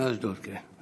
מאשדוד, כן.